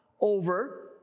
over